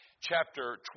chapter